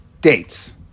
dates